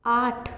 आठ